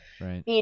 Right